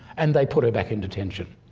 and they put her back in detention.